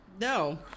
no